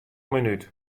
minút